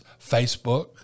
Facebook